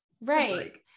right